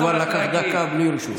הוא כבר לקח דקה בלי רשות.